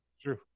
true